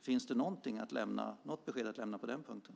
Finns det något besked att lämna på den punkten?